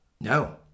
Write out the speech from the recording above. No